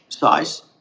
size